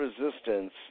resistance